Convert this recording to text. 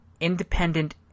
independent